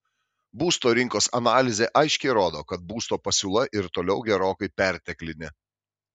būsto rinkos analizė aiškiai rodo kad būsto pasiūla ir toliau gerokai perteklinė